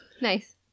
nice